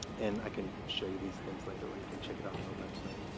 and i can show you these things later where you can check it out on the website